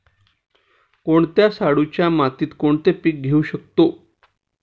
मी शाडूच्या मातीत कोणते पीक घेवू शकतो?